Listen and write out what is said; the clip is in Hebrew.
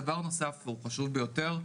דבר נוסף וחשוב ביותר: